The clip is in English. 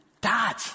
Dad